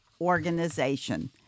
organization